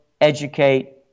educate